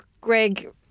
Greg